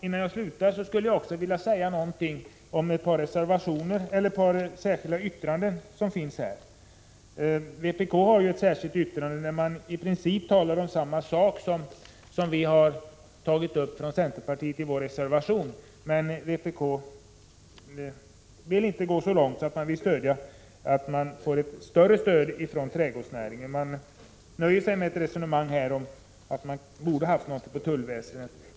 Innan jag slutar skulle jag också vilja säga någonting om de särskilda yttranden som är fogade till betänkandet. Vpk talar i sitt yttrande i princip om samma sak som den vi från centerpartiet har tagit upp i vår reservation, men man vill inte gå så långt som till att ge trädgårdsnäringen det ökade stöd vi förespråkar. Vpk nöjer sig med ett resonemang om att åtgärder inom tullväsendets område borde ha föreslagits.